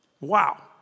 Wow